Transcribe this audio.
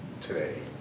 today